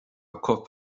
cat